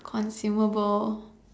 consumable